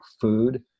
food